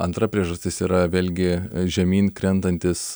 antra priežastis yra vėlgi žemyn krentantys